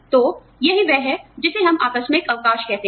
तो यही वह है जिसे हम आकस्मिक अवकाश कहते हैं